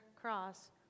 cross